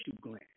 gland